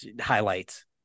highlights